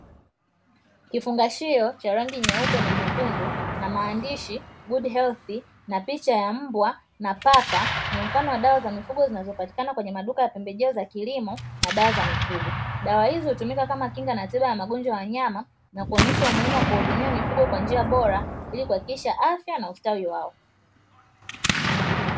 Kifungashio cha rangi nyeusi na nyekundu na maandishi "Good Healthy", na picha ya mbwa na paka ni mfano wa dawa za mifugo zinazopatikana kwenye maduka ya pembejeo za kilimo na dawa za mifugo. Dawa hizo hutumika kama kinga na tiba ya magonjwa ya wanyama, na kuonyesha umuhimu wa kuhudumia mifugo kwa njia bora ili kuhakikisha afya na ustawi wao.